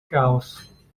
caos